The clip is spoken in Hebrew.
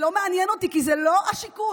זה לא מעניין אותי, כי זה לא השיקול.